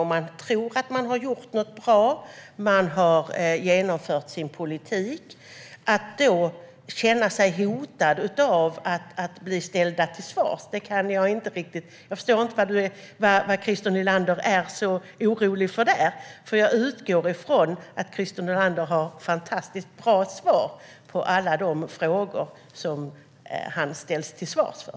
Om man har genomfört sin politik och tror att man har gjort något bra förstår jag inte varför Christer Nylander känner sig hotad och orolig för att bli ställd till svars. Jag utgår från att Christer Nylander har fantastiskt bra svar på alla de frågor han ställs till svars för.